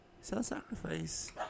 self-sacrifice